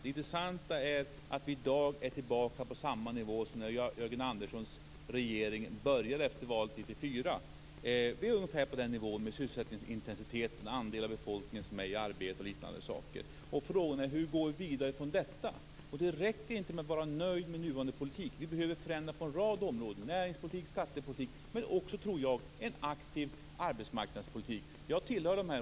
Det intressanta är att vi i dag är tillbaka på samma nivå som när Jörgen Anderssons regering började efter valet 1994. Vi är på ungefär den nivån när det gäller sysselsättningsintensitet, andel av befolkningen som är i arbete och liknande. Frågan är hur vi går vidare från detta. Det räcker inte med att vara nöjd med nuvarande politik. Vi behöver förändra på en rad områden, såsom näringspolitik och skattepolitik. Men vi behöver också, tror jag, en aktiv arbetsmarknadspolitik.